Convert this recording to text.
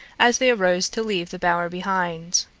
as they arose to leave the bower behind.